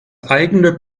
eigene